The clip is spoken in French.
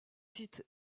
sites